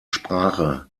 sprache